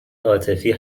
عاطفی